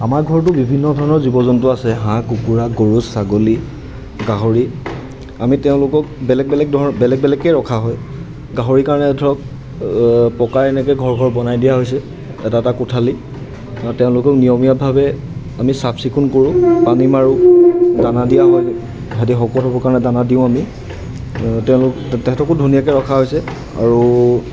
আমাৰ ঘৰতো বিভিন্ন ধৰণৰ জীৱ জন্তু আছে হাঁহ কুকুৰা গৰু ছাগলী গাহৰি আমি তেওঁলোকক বেলেগ বেলেগ ধৰ বেলেগ বেলেগকৈ ৰখা হয় গাহৰিৰ কাৰণে ধৰক পকা এনেকৈ ঘৰ ঘৰ বনাই দিয়া হৈছে এটা এটা কোঠালি তেওঁলোকক নিয়মীয়াভাৱে আমি চাফ চিকুণ কৰোঁ পানী মাৰোঁ দানা দিয়া হয় যিহেতু শকত হ'ব কাৰণে দানা দিওঁ আমি তেওঁলোক তাহাঁতকো ধুনীয়াকৈ ৰখা হৈছে আৰু